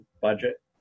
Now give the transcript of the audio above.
budget